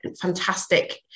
fantastic